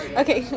okay